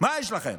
מה יש לכם?